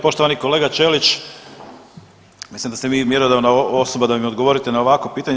Poštovani kolega Ćelić mislim da ste vi mjerodavna osoba da mi odgovorite na ovakvo pitanje.